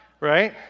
right